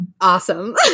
Awesome